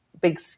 big